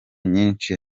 nyinshi